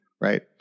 right